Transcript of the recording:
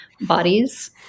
bodies